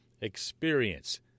experience